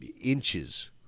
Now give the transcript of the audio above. inches